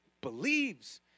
believes